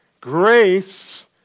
grace